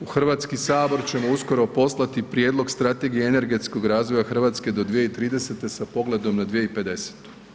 U Hrvatski sabor ćemo uskoro poslati prijedlog Strategije energetskog razvoja Hrvatske do 2030. sa pogledom na 2050.